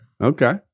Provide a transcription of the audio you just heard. Okay